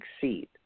succeed